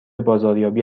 بازاریابی